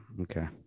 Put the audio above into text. Okay